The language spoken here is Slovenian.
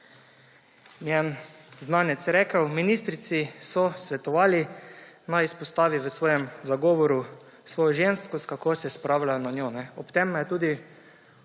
en znanec rekel: »Ministrici so svetovali, naj izpostavi v svojem zagovoru svojo ženskost, kako se spravljajo na njo.« Ob tem me je tudi